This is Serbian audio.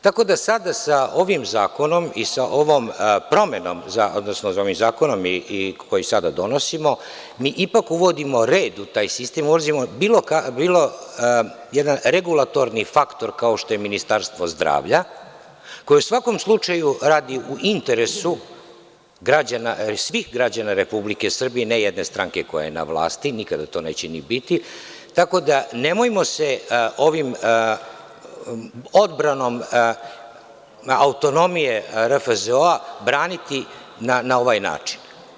Tako da sada sa ovim zakonom i sa ovom promenom, odnosno, ovim zakonom koji sada donosimo, mi ipak uvodimo red u taj sistem, uvodimo jedan regulatorni faktor kao što je Ministarstvo zdravlja, koje u svakom slučaju radi u interesu svih građana Republike Srbije, ne jedne strane koja je na vlasti i nikada to neće ni biti, tako da nemojmo se odbranom autonomije RFZO braniti na ovaj način.